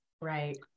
Right